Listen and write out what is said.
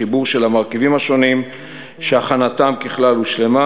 חיבור של המרכיבים השונים שהכנתם ככלל הושלמה,